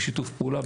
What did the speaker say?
בשיתוף פעולה,